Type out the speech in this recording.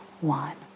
one